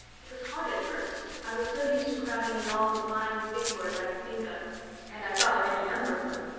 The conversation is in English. it was hard at first. i was so used to crowding in all the fine big words i could think of and i thought of any number of them.